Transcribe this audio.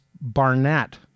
Barnett